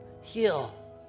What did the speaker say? heal